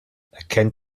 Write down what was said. erkennt